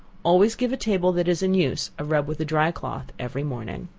always give a table that is in use a rub with a dry cloth every morning.